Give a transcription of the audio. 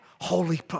holy